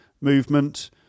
movement